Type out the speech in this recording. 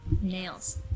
nails